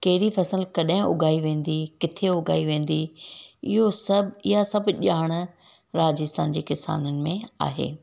कहिड़ी फसल कॾहिं उगाई वेंदी किथे उगाई वेंदी इहो सभु ईअं सभु ॼाण राजस्थान जे किसाननि में आहे